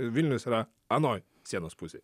vilnius yra anoj sienos pusėj